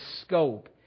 scope